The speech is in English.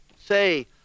Say